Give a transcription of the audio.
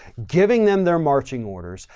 giving them their marching orders,